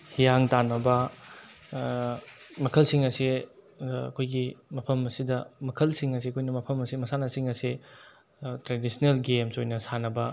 ꯍꯤꯌꯥꯡ ꯇꯥꯟꯅꯕ ꯃꯈꯜꯁꯤꯡ ꯑꯁꯤ ꯑꯩꯈꯣꯏꯒꯤ ꯃꯐꯝ ꯑꯁꯤꯗ ꯃꯈꯜꯁꯤꯡ ꯑꯁꯤ ꯑꯩꯈꯣꯏꯅ ꯃꯐꯝ ꯑꯁꯤ ꯃꯁꯥꯟꯅꯁꯤꯡ ꯑꯁꯤ ꯇ꯭ꯔꯦꯗꯤꯁꯅꯦꯜ ꯒꯦꯝꯁ ꯑꯣꯏꯅ ꯁꯥꯟꯅꯕ